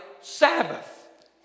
Sabbath